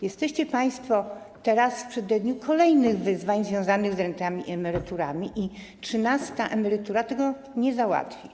Jesteście państwo teraz w przededniu kolejnych wyzwań związanych z rentami i emeryturami i trzynasta emerytura tego nie załatwi.